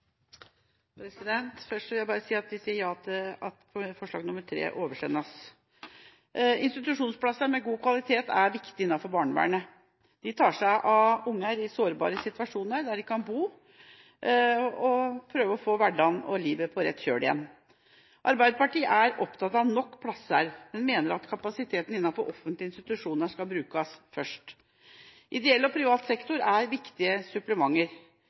Folkeparti. Først vil jeg bare si at vi sier ja til at forslag nr. 3 oversendes. Institusjonsplasser med god kvalitet er viktig innenfor barnevernet. Der tar de seg av barn i sårbare situasjoner, og der kan barn bo og prøve å få hverdagen og livet på rett kjøl igjen. Arbeiderpartiet er opptatt av nok plasser, men mener at kapasiteten innenfor offentlige institusjoner skal brukes først. Ideell og privat sektor er viktige supplementer.